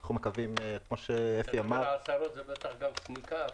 אתה מדבר על עשרות, זה בטח גם --- הכול.